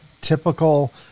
typical